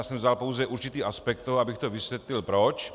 Já jsem vzal pouze určitý aspekt toho, abych to vysvětlil proč.